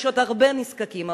יש עוד הרבה נזקקים,